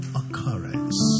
occurrence